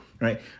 right